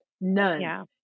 None